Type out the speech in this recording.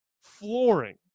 flooring